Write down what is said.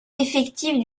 effective